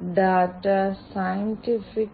വിവിധ IIoT സാങ്കേതികവിദ്യകളുടെ